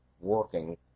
working